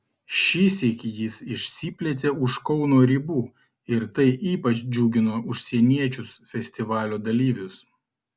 šįsyk jis išsiplėtė už kauno ribų ir tai ypač džiugino užsieniečius festivalio dalyvius